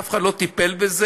אף אחד לא טיפל בזה,